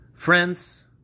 Friends